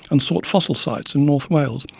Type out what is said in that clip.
and sought fossil sites in north wales,